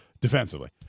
defensively